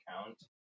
account